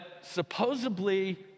supposedly